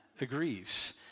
agrees